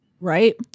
Right